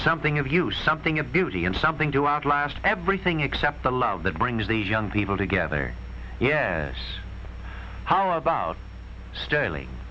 something of use something a beauty and something to outlast everything except the love that brings these young people together yes how about sterling